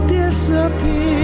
disappear